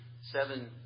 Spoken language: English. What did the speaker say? seven